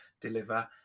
deliver